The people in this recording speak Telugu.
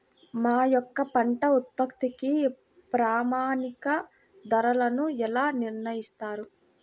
మా యొక్క పంట ఉత్పత్తికి ప్రామాణిక ధరలను ఎలా నిర్ణయిస్తారు?